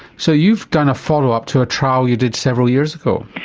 so you've done a follow up to a trial you did several years ago?